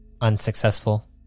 Unsuccessful